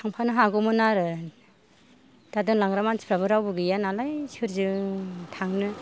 थांफानो हागौमोन आरो दा दोनलांग्रा मानसिफ्राबो रावबो गैया नालाय सोरजों थांनो